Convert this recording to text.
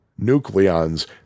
nucleons